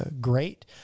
great